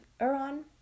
Iran